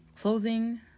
closing